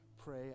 pray